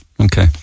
okay